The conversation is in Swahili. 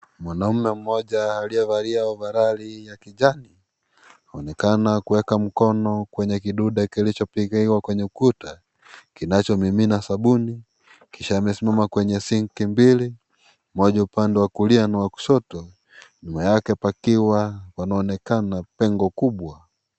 Mwanaume mmoja aliyevalia ovaroli ya kijani kuonekana kuweka mkono kwenye kidude kilichopigiwa kwenye ukuta kinacho mimina sabuni kisha amesimama Kwenye sinki mbili moja upande wa kulia na wa kushoto. Nyuma yake pakiwa panaonekana pengo kubwa.